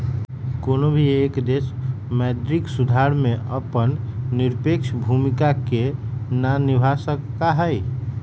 कौनो भी एक देश मौद्रिक सुधार में अपन निरपेक्ष भूमिका के ना निभा सका हई